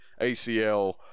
acl